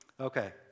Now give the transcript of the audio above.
Okay